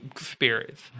spirits